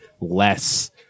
less